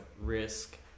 risk